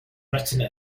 written